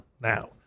now